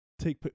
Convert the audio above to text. take